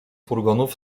furgonów